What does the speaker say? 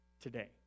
today